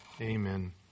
Amen